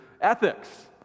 ethics